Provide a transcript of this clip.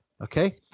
Okay